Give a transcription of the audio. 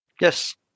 Yes